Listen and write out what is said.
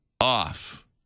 off